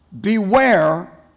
Beware